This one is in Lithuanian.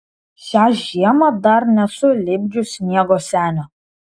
šią žiemą dar nesu lipdžius sniego senio